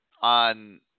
on